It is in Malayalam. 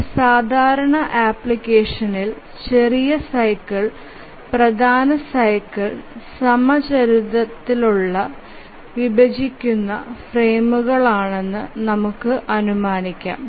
ഒരു സാധാരണ ആപ്ലിക്കേഷനിൽ ചെറിയ സൈക്കിൾ പ്രധാന സൈക്കിൾ സമചതുരമായി വിഭജിക്കുന്ന ഫ്രെയിമുകളാണെന്ന് നമുക്ക് അനുമാനിക്കാം